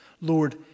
Lord